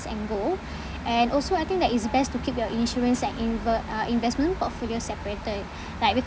and goal and also I think that it's best to keep your insurance and inve~ uh investment portfolio separated like because